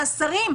לשרים,